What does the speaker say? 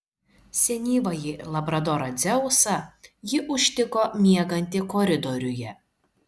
senyvąjį labradorą dzeusą ji užtiko miegantį koridoriuje